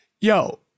Yo